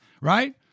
right